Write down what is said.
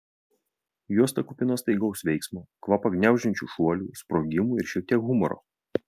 juosta kupina staigaus veiksmo kvapą gniaužiančių šuolių sprogimų ir šiek tiek humoro